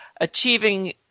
achieving